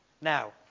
Now